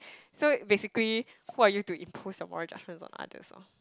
so basically who are you to impose your moral judgements on others loh